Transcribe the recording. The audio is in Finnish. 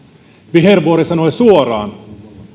vihervuori sanoi suoraan